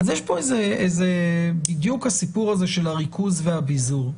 יש כאן בדיוק את הסיפור הזה של הריכוז והביזור.